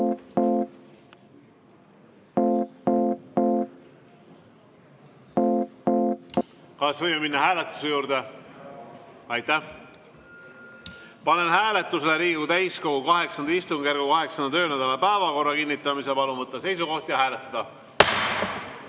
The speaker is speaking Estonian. Kas võime minna hääletuse juurde? Aitäh! Panen hääletusele Riigikogu täiskogu VIII istungjärgu 8. töönädala päevakorra kinnitamise. Palun võtta seisukoht ja hääletada!